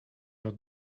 your